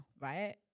right